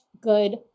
good